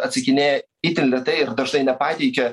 atsakinėja itin lėtai ir dažnai nepateikia